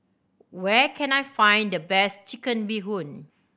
where can I find the best Chicken Bee Hoon